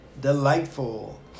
delightful